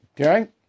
Okay